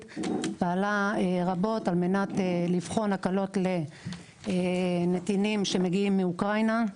פעלה רבות כדי לבחון הקלות לנתינים שמגיעים מאוקראינה,